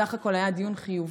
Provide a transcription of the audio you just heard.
בסך הכול היה דיון חיובי,